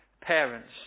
parents